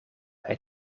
hij